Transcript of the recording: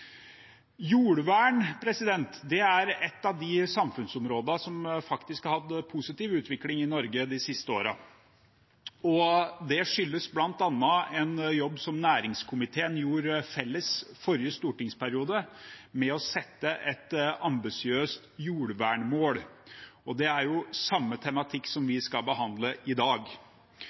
Jordvern er et av de samfunnsområdene som faktisk har hatt en positiv utvikling i Norge de siste årene, og det skyldes bl.a. en jobb som næringskomiteen gjorde i fellesskap i forrige stortingsperiode med å sette et ambisiøst jordvernmål. Det er samme tematikk som vi skal behandle i dag.